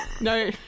No